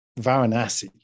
Varanasi